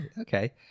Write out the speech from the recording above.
okay